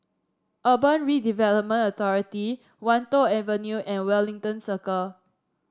Urban Redevelopment Authority Wan Tho Avenue and Wellington Circle